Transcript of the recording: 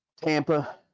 tampa